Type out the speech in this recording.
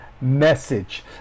message